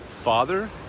Father